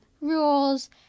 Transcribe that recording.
rules